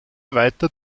weiter